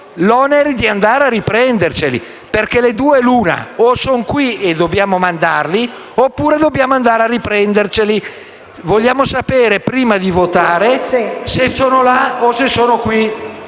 l'onere di andare a riprenderceli, perché delle due l'una: o sono qui e dobbiamo mandarli oppure dobbiamo andare a riprenderceli. Vogliamo sapere, prima di votare, se sono lì o sono qui,